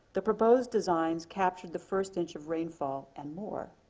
the proposed designs captured the first inch of rainfall and more.